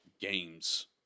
games